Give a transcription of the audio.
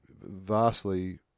vastly